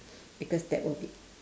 because that will be